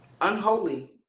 unholy